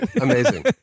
Amazing